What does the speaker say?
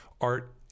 Art